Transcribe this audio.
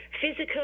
physical